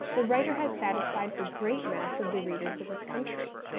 the writer has satisfied the great mass of the readers of his country.